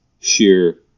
sheer